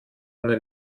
ohne